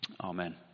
Amen